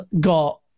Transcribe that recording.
got